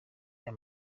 aya